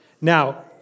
Now